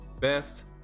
best